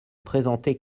présenté